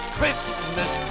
Christmas